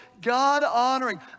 God-honoring